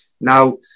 now